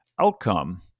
outcome